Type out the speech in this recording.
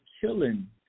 killing